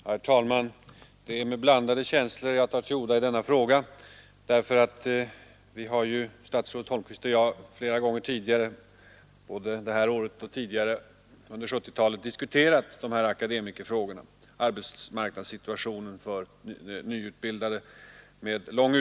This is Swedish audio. Herr talman! Det är med blandade känslor jag tar till orda i denna fråga. Statsrådet Holmqvist och jag har flera gånger, både i år och tidigare, diskuterat de här akademikerfrågorna — dvs. arbetsmarknadssituationen för nyutbildade akademiker.